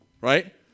Right